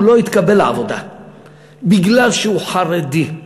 הוא לא יתקבל לעבודה בגלל שהוא חרדי.